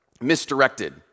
misdirected